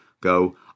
go